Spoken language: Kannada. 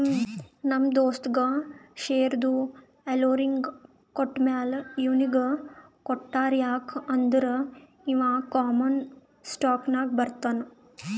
ನಮ್ ದೋಸ್ತಗ್ ಶೇರ್ದು ಎಲ್ಲೊರಿಗ್ ಕೊಟ್ಟಮ್ಯಾಲ ಇವ್ನಿಗ್ ಕೊಟ್ಟಾರ್ ಯಾಕ್ ಅಂದುರ್ ಇವಾ ಕಾಮನ್ ಸ್ಟಾಕ್ನಾಗ್ ಬರ್ತಾನ್